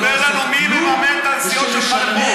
ספר לנו מי מממן את הנסיעות שלך לחו"ל.